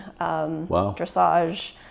dressage